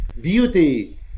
beauty